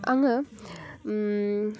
आङो